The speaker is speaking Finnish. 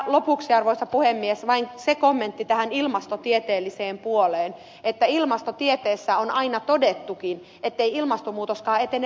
lopuksi arvoisa puhemies vain se kommentti tähän ilmastotieteelliseen puoleen että ilmastotieteessä on aina todettukin ettei ilmastonmuutoskaan etene lineaarisesti